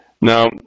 Now